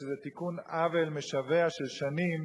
שזה תיקון עוול משווע של שנים,